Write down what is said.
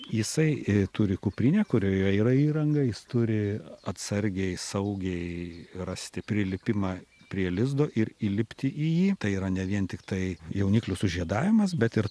jisai turi kuprinę kurioje yra įranga jis turi atsargiai saugiai rasti prilipimą prie lizdo ir įlipti į jį tai yra ne vien tiktai jauniklių sužiedavimas bet ir